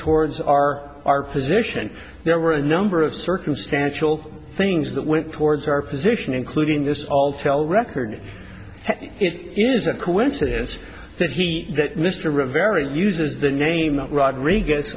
towards our our position there were a number of circumstantial things that went towards our position including this alltel record it is a coincidence that he mr rivera uses the name rodriguez